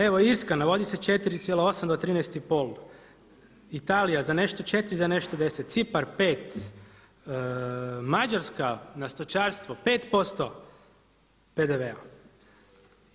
Evo Irska, navodi se 4,8 do 13,5, Italija za nešto 4 za nešto 10, Cipar 5, Mađarska na stočarstvo 5% PDV-a.